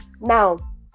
Now